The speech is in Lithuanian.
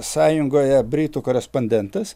sąjungoje britų korespondentas